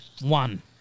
One